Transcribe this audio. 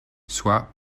soit